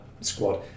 squad